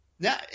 Now